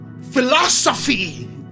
philosophy